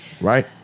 right